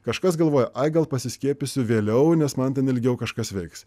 kažkas galvoja ai gal pasiskiepysiu vėliau nes man ten ilgiau kažkas veiks